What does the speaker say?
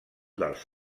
dels